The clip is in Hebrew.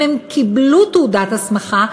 אם הם קיבלו תעודת הסמכה,